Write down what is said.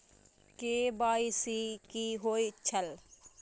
KYC कि होई छल?